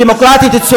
דמוקרטית?